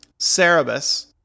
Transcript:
Cerebus